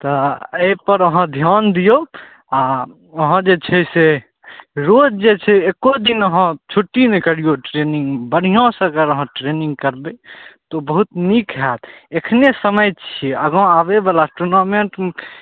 तऽ अइपर अहाँ ध्यान दियौ आओर अहाँ जे छै से रोज जे छै एक्को दिन अहाँ छुट्टी नहि करियौ ट्रेनिंग बढ़िआँसँ अगर अहाँ ट्रेनिंग करबय तऽ बहुत नीक हैत अखने समय छै आगा आबयवला टुर्नामेन्ट